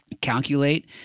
calculate